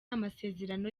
amasezerano